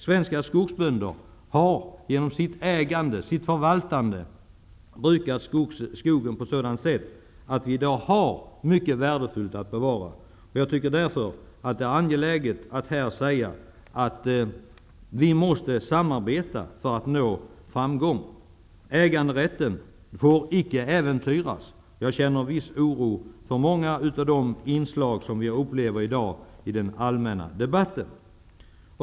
Svenska skogsbönder har genom sitt ägande, sitt förvaltande, brukat skogen på sådant sätt att vi i dag har mycket värdefullt att bevara. Jag tycker därför att det är angeläget att här säga att vi måste samarbeta för att nå framgång. Äganderätten får icke äventyras. Jag känner viss oro inför många av de inslag som vi upplever i dag i den allmänna debatten.